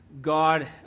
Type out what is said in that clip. God